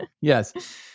Yes